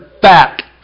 back